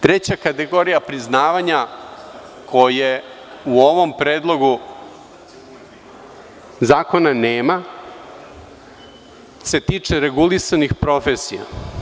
Treća kategorija priznavanja, koje u ovom Predlogu zakona nema, se tiče regulisanih profesija.